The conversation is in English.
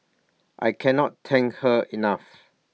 I cannot thank her enough